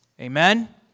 Amen